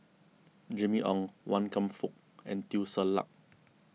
Jimmy Ong Wan Kam Fook and Teo Ser Luck